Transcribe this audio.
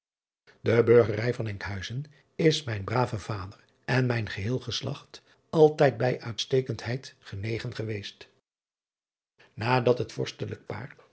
e burgerij van nkhuizen is mijn braven vader en mijn geheel geslacht altijd bij uitstekendheid genegen geweest adat het orstelijk paar